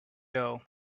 doe